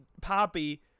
Poppy